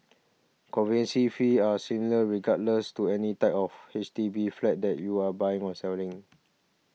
conveyance fees are similar regardless of the type of H D B flat that you are buying or selling